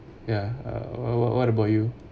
yeah uh what what about you